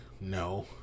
no